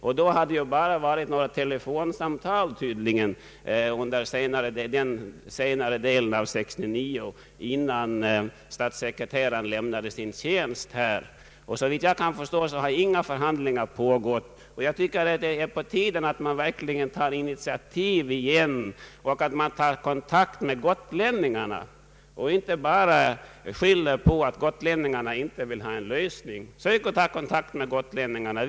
Det tycks endast ha förekommit några telefonsamtal under den senare delen av 1969 innan förre statssekreteraren i kommunikationsdepartementet lämnade sin tjänst. Såvitt jag kan förstå har inga förhandlingar ägt rum. Det är då på tiden att man tar initiativ igen och tar kontakt med gotlänningarna och inte bara skyller på att dessa inte vill ha någon lösning. Försök alltså ta kontakt med gotlänningarna.